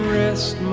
rest